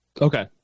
Okay